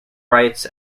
writes